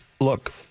Look